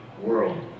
world